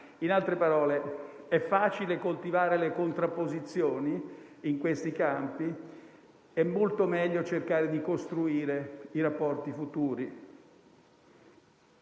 In altre parole, è facile coltivare le contrapposizioni in questi campi; è molto meglio cercare di costruire i rapporti futuri.